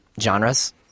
genres